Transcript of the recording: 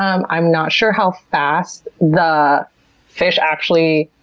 um i'm not sure how fast the fish actually,